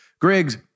Griggs